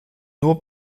nur